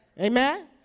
Amen